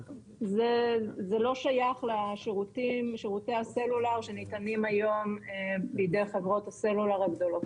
זה לא שייך לשירותי הסלולר שניתנים היום בידי חברות הסלולר הגדולות.